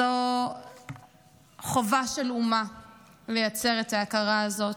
זו חובה של אומה לייצר את ההכרה הזאת.